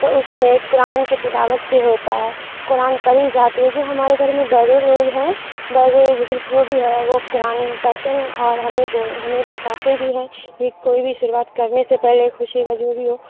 تو اس میں قرآن کی تلاوت سے ہوتا ہے قرآن پڑھی جاتی ہے جو ہمارے گھر میں بڑے لوگ ہیں برے بزرگ جو بھی ہیں وہ قرآن پڑھتے ہیں اور ہمیں ہمیں بتاتے بھی ہیں کہ کوئی بھی شروعات کرنے سے پہلے خوشی کا جو بھی ہو